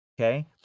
Okay